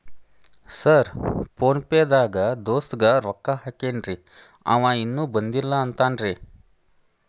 Sir PhonePe ದಾಗ ದೋಸ್ತ್ ಗೆ ರೊಕ್ಕಾ ಹಾಕೇನ್ರಿ ಅಂವ ಇನ್ನು ಬಂದಿಲ್ಲಾ ಅಂತಾನ್ರೇ?